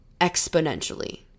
exponentially